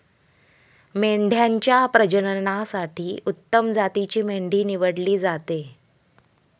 मेंढ्यांच्या प्रजननासाठी उत्तम जातीची मेंढी निवडली जाते